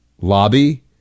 lobby